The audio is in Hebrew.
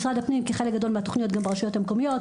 משרד הפנים כי חלק גדול מהתוכניות גם ברשויות המקומיות,